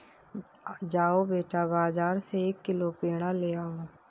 जाओ बेटा, बाजार से एक किलो पेड़ा ले आओ